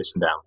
down